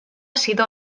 sido